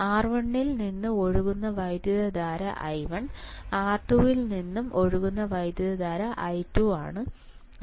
R1 ൽ നിന്ന് ഒഴുകുന്ന വൈദ്യുതധാര i1 R2 ൽ നിന്ന് i2 ആണ്